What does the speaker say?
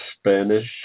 Spanish